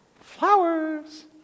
Flowers